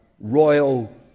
royal